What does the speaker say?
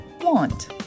want